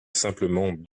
simplement